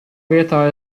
vietā